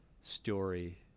story